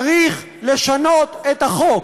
צריך לשנות את החוק.